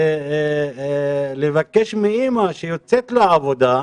ולבקש מאמא שיוצאת לעבודה,